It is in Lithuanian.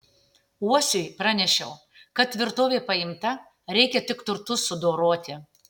uosiui pranešiau kad tvirtovė paimta reikia tik turtus sudoroti